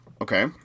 Okay